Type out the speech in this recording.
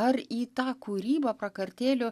ar į tą kūrybą prakartėlių